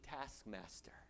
taskmaster